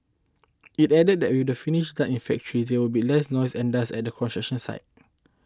it added that with the finishes done in factory there will be less noise and dust at the construction site